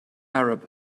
arab